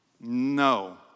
No